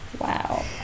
Wow